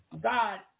God